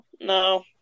No